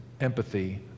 empathy